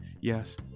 yes